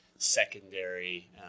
secondary